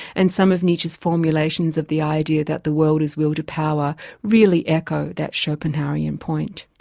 and some of nietzsche's formulations of the idea that the world is will to power really echo that schopenhauerian point.